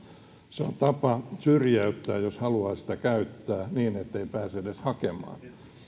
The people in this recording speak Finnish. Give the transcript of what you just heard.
se on tapa syrjäyttää jos haluaa sitä käyttää niin ettei pääse edes hakemaan